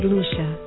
Lucia